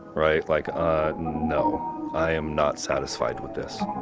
right, like ah no. i am not satisfied with this.